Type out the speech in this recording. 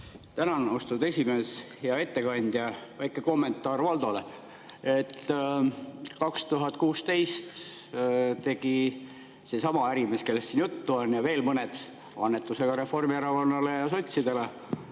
Tänan, austatud esimees! Hea ettekandja! Väike kommentaar Valdole. 2016 tegi seesama ärimees, kellest siin juttu on, ja veel mõni, annetuse ka Reformierakonnale ja sotsidele.